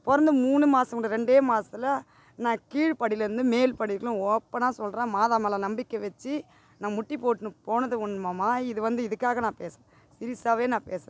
பிறந்து மூணு மாசம் கூட ரெண்டே மாசத்தில் நான் கீழே படிலேருந்து மேல் படி வரைக்கும் ஓப்பன்னா சொல்கிறேன் மாதா மேலே நம்பிக்கை வச்சு நான் முட்டி போட்டுன்னு போனது உண்மைம்மா இது வந்து இதுக்காக நான் பேசல சீரிஸாக நான் பேசுகிறேன்